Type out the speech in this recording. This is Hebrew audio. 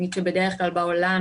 שיעורי הסיום בעולם